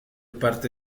parte